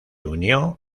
unió